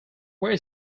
where